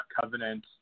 covenant